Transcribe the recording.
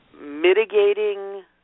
mitigating